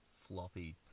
floppy